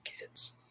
kids